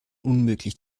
unmöglich